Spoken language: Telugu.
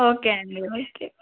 ఓకే అండి